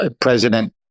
President